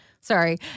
sorry